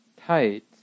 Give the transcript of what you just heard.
tight